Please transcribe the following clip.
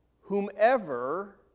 whomever